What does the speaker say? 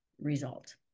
result